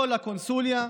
לא לקונסוליה,